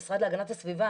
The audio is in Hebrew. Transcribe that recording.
המשרד להגנת הסביבה,